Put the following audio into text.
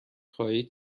خواهید